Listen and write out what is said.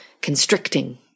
constricting